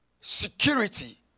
Security